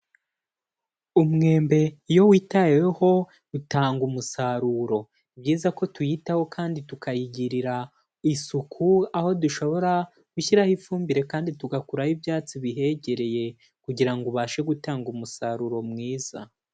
Umwembe iyo witaweho utanga umusaruro. Ni byiza ko tuyitaho kandi tukayigirira isuku, aho dushobora gushyiraho ifumbire kandi tugakuraho ibyatsi bihegereye kugira ngo ubashe gutanga umusaruro mwiza.